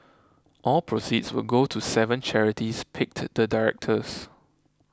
all proceeds will go to seven charities picked the directors